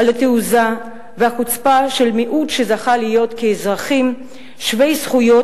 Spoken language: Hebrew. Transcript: על התעוזה ועל החוצפה של מיעוט שזכה לחיות כאזרחים שווי זכויות